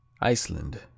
Iceland